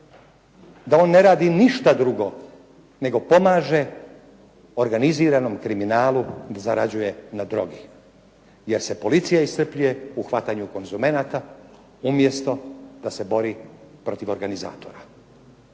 da on ne radi ništa drugo nego pomaže organiziranom kriminalu da zarađuje na drogi. Jer se policija iscrpljuje u hvatanju konzumenata, umjesto da se bori protiv organizatora.